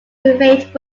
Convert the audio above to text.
remained